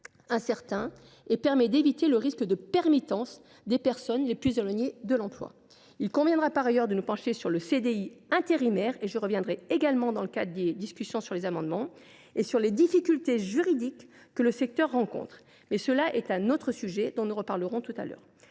incertain et permet d’éviter le risque de permittence des personnes les plus éloignées de l’emploi. Il conviendra par ailleurs de nous pencher sur le CDI intérimaire – j’y reviendrai lors de la discussion des amendements –, ainsi que sur les difficultés juridiques que le secteur rencontre, mais c’est un autre sujet que nous aborderons également tout à l’heure.